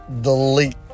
delete